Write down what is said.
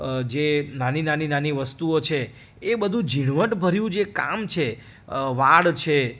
જે નાની નાની નાની વસ્તુઓ છે એ બધુ ઝીણવટભર્યું જે કામ છે વાળ છે